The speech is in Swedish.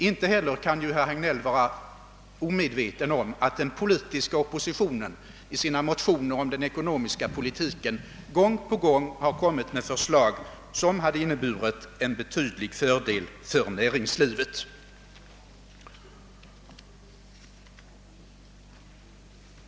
Inte heller kan herr Hagnell vara omedveten om att oppositionen i sina motioner om den ekonomiska politiken gång på gång framlagt förslag, vilkas genomförande skulle ha inneburit en betydande fördel för näringslivet.